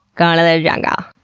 going to the jungle.